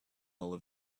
all